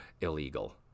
illegal